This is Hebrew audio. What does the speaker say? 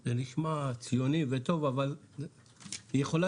זה נשמע ציוני וטוב אבל היא יכולה